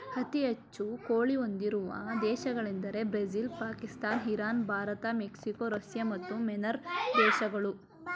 ಅತಿ ಹೆಚ್ಚು ಕೋಳಿ ಹೊಂದಿರುವ ದೇಶಗಳೆಂದರೆ Brazil Pakistan Iran Bharat Mexico Russia ಮತ್ತು ಮ್ಯಾನ್ಮಾರ್ ದೇಶಗಳು